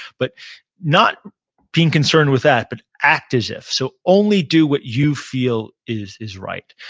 but not being concerned with that, but act as if. so only do what you feel is is right.